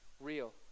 Real